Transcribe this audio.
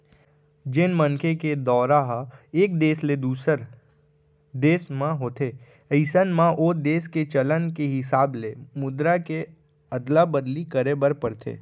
जेन मनखे के दौरा ह एक देस ले दूसर देस म होथे अइसन म ओ देस के चलन के हिसाब ले मुद्रा के अदला बदली करे बर परथे